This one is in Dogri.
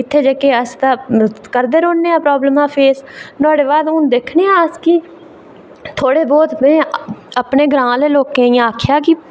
इत्थै जेह्के अस्ताल करदे रौह्ने आं प्रॉब्लमां फेस नुहाड़े बाद दिक्खने आं अस की थोह्ड़े बहोत के अपने ग्रांऽ आह्ले लोकें गी आक्खेआ की